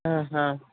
ಹಾಂ ಹಾಂ